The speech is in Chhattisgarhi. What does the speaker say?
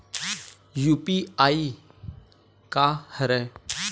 यू.पी.आई का हरय?